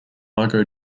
margo